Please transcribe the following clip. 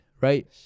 right